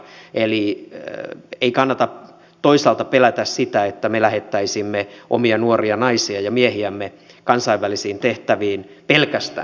eli ei kannata toisaalta pelätä sitä että me lähettäisimme omia nuoria naisiamme ja miehiämme kansainvälisiin tehtäviin pelkästään